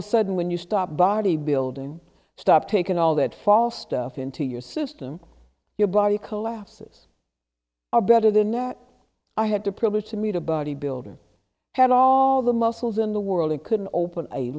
a sudden when you stop bodybuilding stop taking all that foster into your system your body collapses are better than that i had the privilege to meet a bodybuilder had all the muscles in the world couldn't open a